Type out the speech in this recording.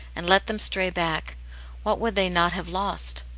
and let them stray back what would they not have lost?